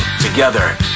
Together